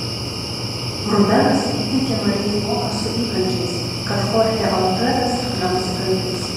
rubenas įteikia marijai voką su įkalčiais kad chorchė alfredas yra nusikaltėlis